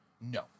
No